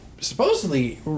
supposedly